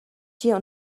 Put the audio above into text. schier